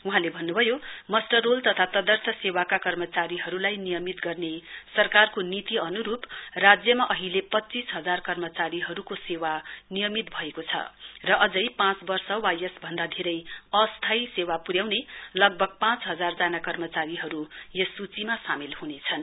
वहाँले भन्न्भयो muster roll तथा तदर्थ सेवाका कर्मचारीहरुलाई नियमित गर्ने सरकारको नीति अन्रुप राज्यमा अहिले पच्चीस हजार क्रमचारीहरुको सेवा निर्यमित भएको छ र अझै पाँच वर्ष वा यसभन्दा धेरै अस्थायी सेवा पर्याउने लगभग पाँचहजार जना कर्मचारीहरु यस सूचिमा सामेल हनेछन्